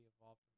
evolved